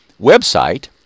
website